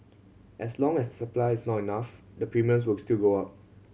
as long as supply is not enough the premiums will still go up